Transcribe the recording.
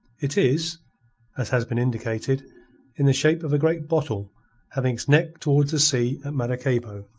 it is as has been indicated in the shape of a great bottle having its neck towards the sea at maracaybo.